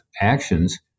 actions